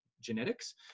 genetics